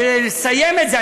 כדי לסיים את זה,